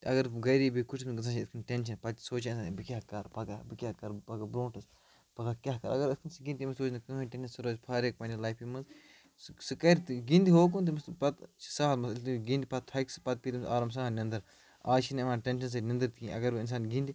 اَگر وٕ گَری بِہیہِ کُٹِس منٛز گژھان چھِ اِتھ کَنہِ ٹینشَن پتہٕ چھِ سُہ سونچھان بہٕ کیٛاہ کَرٕ پگاہ بہٕ کیٛاہ کَرٕ پگاہ برونٹھَس پگاہ کیٛاہ کَرٕ اَگر اِتھ کَنہِ سُہ گِنٛدِ تٔمِس روزِ نہٕ کِہٕنۍ ٹینشَن سُہ روزِ فارغ پَنٛنہِ لایفہِ منٛز سُہ کرِ گِنٛدِ ہوکُن پتہٕ چھِ سہل مسلہٕ ییٚلہِ سُہ گِنٛدِ پتہٕ تھکہِ سُہ پَتہٕ پیٚیہِ تٔمِس آرام سان نِندٕر آز چھِنہٕ یِوان ٹینشَن سۭتۍ نِندٕر تہِ کِہیٖنۍ اَگر وٕنۍ اِنسان گِنٛدنہِ